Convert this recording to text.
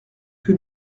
que